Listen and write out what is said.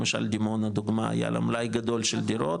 למשל דימונה היה לה מלאי גדול של דירות,